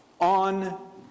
on